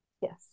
Yes